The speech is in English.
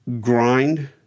grind